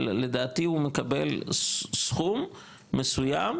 אבל לדעתי הוא מקבל סכום מסוים.